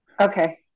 okay